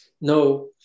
No